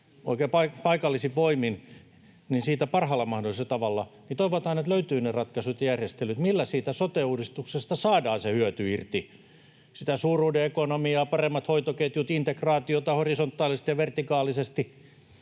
oikein paikallisin voimin parhaalla mahdollisella tavalla, niin toivotaan, että löytyy ne ratkaisut ja järjestelyt, millä siitä sote-uudistuksesta saadaan se hyöty irti, sitä suuruuden ekonomiaa: paremmat hoitoketjut, integraatiota horisontaalisesti ja vertikaalisesti.